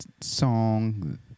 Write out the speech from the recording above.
song